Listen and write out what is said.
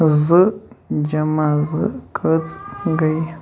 زٕ جمع زٕ کٔژ گٔے